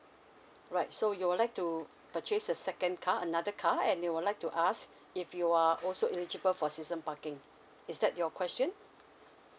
right so you would like to purchase a second car another car and they would like to ask if you are also eligibile for season parking is that your question